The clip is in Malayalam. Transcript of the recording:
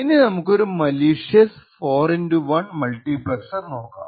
ഇനി നമുക്കൊരു മലീഷ്യസ് 4x1 മൾട്ടിപ്ളെക്സർ നോക്കാം